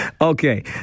Okay